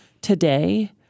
today